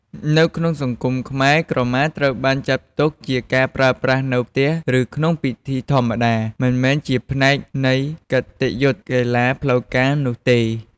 នៅក្នុងសង្គមខ្មែរ ក្រមាត្រូវបានចាត់ទុកជាការប្រើប្រាស់នៅផ្ទះ ឬក្នុងកម្មវិធីធម្មតា មិនមែនជាផ្នែកនៃគតិយុត្តកីឡាផ្លូវការនោះទេ។